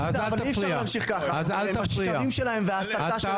אבל אי אפשר להמשיך ככה עם השקרים שלהם וההסתה שלהם.